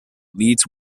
leads